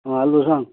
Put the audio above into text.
आ hello सांग